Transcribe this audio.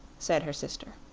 said her sister.